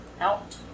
out